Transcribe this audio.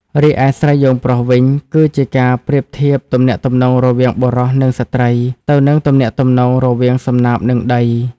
រីឯ ស្រីយោងប្រុស វិញ គឺជាការប្រៀបធៀបទំនាក់ទំនងរវាងបុរសនិងស្ត្រី ទៅនឹងទំនាក់ទំនងរវាងសំណាបនិងដី។